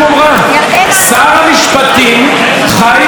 שר המשפטים חיים רמון,